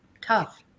Tough